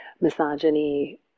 misogyny